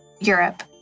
Europe